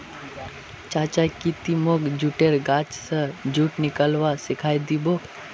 चाचा की ती मोक जुटेर गाछ स जुट निकलव्वा सिखइ दी बो